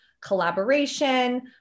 collaboration